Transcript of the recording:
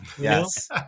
Yes